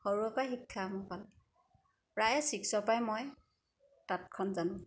সৰুৰেপৰাই শিক্ষা মোৰ ভাল প্ৰায়ে ছিক্সৰপৰাই মই তাঁতখন জানো